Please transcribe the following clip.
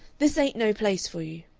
this ain't no place for you.